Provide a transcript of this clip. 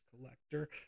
collector